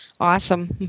Awesome